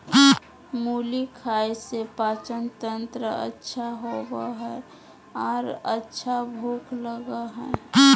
मुली खाय से पाचनतंत्र अच्छा होबय हइ आर अच्छा भूख लगय हइ